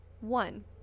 one